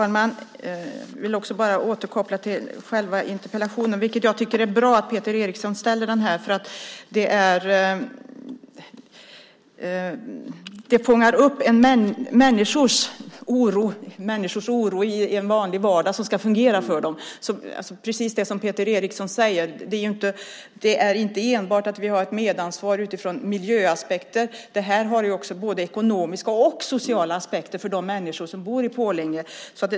Fru talman! Jag vill återkoppla till själva interpellationen. Jag tycker att det är bra att Peter Eriksson ställer den. Den fångar upp människors oro i en vanlig vardag som ska fungera för dem. Det är precis som Peter Eriksson säger. Det är inte enbart att vi har ett medansvar utifrån miljöaspekter. Det här har också både ekonomiska och sociala aspekter för de människor som bor i Pålänge.